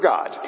God